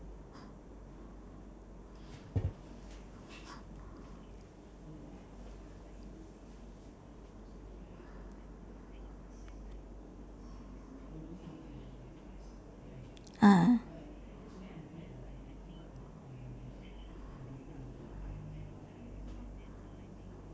ah